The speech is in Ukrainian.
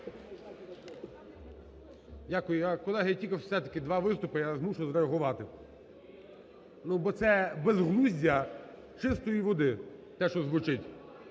Дякую. Колеги, тільки все-таки два виступи, я мушу зреагувати. Бо це безглуздя чистої води – те, що звучить.